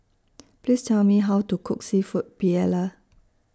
Please Tell Me How to Cook Seafood Paella